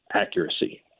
accuracy